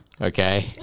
Okay